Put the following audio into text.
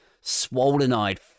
swollen-eyed